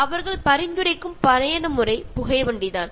അവർ നിർദ്ദേശിക്കുന്നത് ട്രെയിൻ യാത്രയാണ്